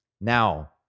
Now